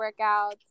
workouts